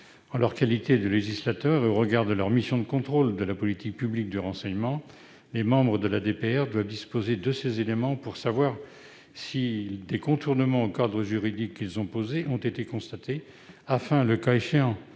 En leur qualité de législateur et au regard de leur mission de contrôle de la politique publique du renseignement, les membres de la DPR doivent disposer de ces éléments pour savoir si des contournements au cadre juridique qu'ils ont posé ont été constatés afin, le cas échéant,